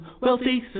Wealthy